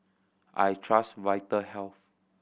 I trust Vitahealth